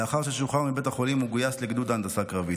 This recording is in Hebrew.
לאחר ששוחרר מבית החולים הוא גויס לגדוד הנדסה קרבית.